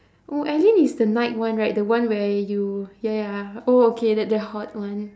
oh alyn is the knight one right the one where you ya ya oh okay the the hot one